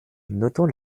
notons